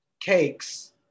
cakes